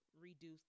reduce